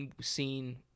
seen